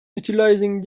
utilizing